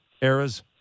eras